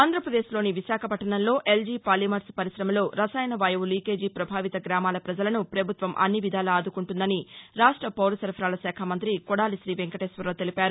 ఆంధ్రప్రదేశ్లోని విశాఖపట్నంలో L G polymers పర్కిశమలో రసాయన వాయువు లీకేజి పభావిత గ్రామాల ప్రజలను ప్రభుత్వం అన్నివిధాలా ఆదుకుంటుందని రాష్ట పౌరసరఫరాల శాఖ మంతి కొడాలి శ్రీవెంకటేశ్వరరావు తెలిపారు